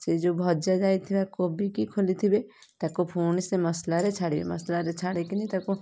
ସେ ଯେଉଁ ଭଜା ଯାଇଥିବା କୋବିକି ଖୋଲିଥିବେ ତାକୁ ପୁଣି ସେ ମସଲାରେ ଛାଡ଼ିବେ ମସଲାରେ ଛାଡ଼ିକିନା ତାକୁ